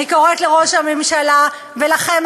אני קוראת לראש הממשלה ולכם,